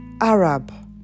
Arab